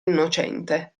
innocente